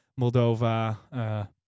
Moldova